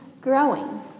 growing